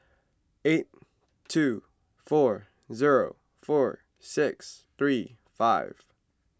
eight two four zero four six three five